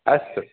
अस्तु